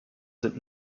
sind